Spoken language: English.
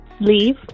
leave